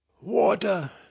Water